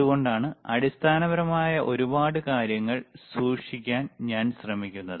അതുകൊണ്ടാണ് അടിസ്ഥാനപരമായ ഒരുപാട് കാര്യങ്ങൾ സൂക്ഷിക്കാൻ ഞാൻ ശ്രമിക്കുന്നത്